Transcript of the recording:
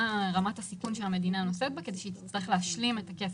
מה רמת הסיכון שהמדינה נושאת בה כדי שהיא תצטרך להשלים את הכסף.